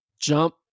jump